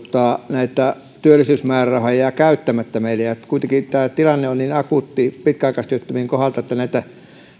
näitä työllisyysmäärärahoja jää käyttämättä meillä kuitenkin kun tämä tilanne on niin akuutti pitkäaikaistyöttömien kohdalla että nämä